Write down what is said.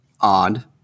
odd